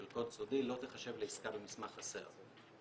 קוד סודי לא תיחשב לעסקה במסמך חסר.